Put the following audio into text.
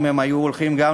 אם הם היו הולכים לבחירות,